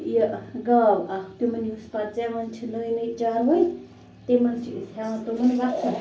یہِ گاو اَکھ تِمَن یُس پَتہٕ زیٚوان چھِ نٔے نٔے چاروٲے تِم حظ چھِ أسۍ ہیٚوان